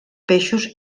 peixos